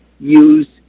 use